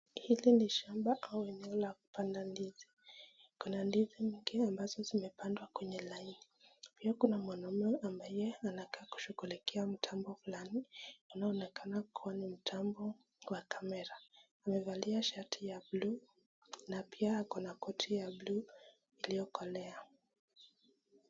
Hilo ni shamba ama eneo la kupanda ndizi. Kuna ndizi mingi ambazo zimepangwa kwenye laini pia kuna mwanaume ambaye anakaa kushughulikia mtambo fulani unaoonekana kuwa ni mtambo wa kamera. Amevalia shati ya buluu na pia ako na koti ya buluu iliyokolea.